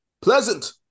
pleasant